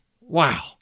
Wow